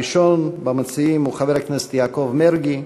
הראשון במציעים הוא חבר הכנסת יעקב מרגי,